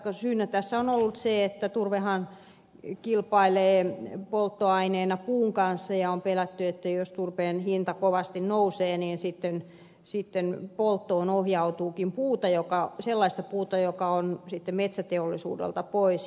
syynä tässä on ollut se että turvehan kilpailee polttoaineena puun kanssa ja on pelätty että jos turpeen hinta kovasti nousee niin sitten polttoon ohjautuukin sellaista puuta joka on sitten metsäteollisuudelta pois